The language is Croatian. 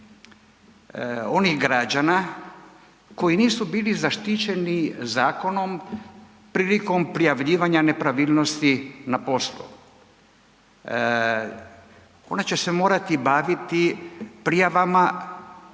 onih građana koji nisu bili zaštićeni zakonom prilikom prijavljivanja nepravilnosti na poslu. Ona će se morati baviti prijavama jer